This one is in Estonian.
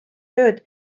tööd